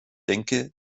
denke